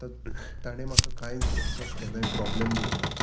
तर ताणें म्हाका कांयच असो केन्नाय प्रोब्लेम दिवं ना